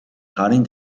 гарын